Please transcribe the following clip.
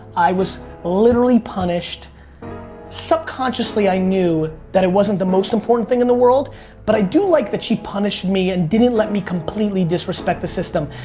i was literally punished subconsciously i knew that it wasn't the most important thing in the world but i do like that she punished me and didn't let me completely disrespect the system.